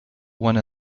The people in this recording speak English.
one